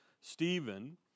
Stephen